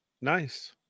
Nice